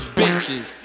bitches